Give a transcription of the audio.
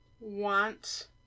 want